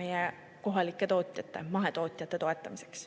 meie kohalike tootjate, mahetootjate toetamiseks.